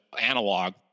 analog